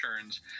turns